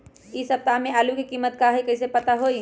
इ सप्ताह में आलू के कीमत का है कईसे पता होई?